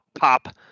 pop